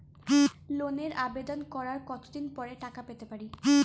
লোনের আবেদন করার কত দিন পরে টাকা পেতে পারি?